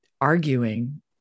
arguing